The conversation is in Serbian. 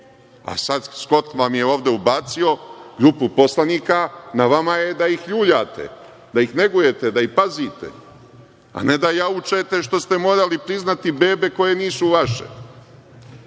a sad Skot vam je ovde ubacio grupu poslanika, na vama je da ih ljuljate, da ih negujete, da ih pazite, a ne da jaučete što ste morali priznati bebe koje nisu vaše.